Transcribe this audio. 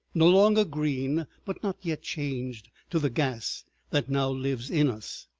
no longer green, but not yet changed to the gas that now lives in us.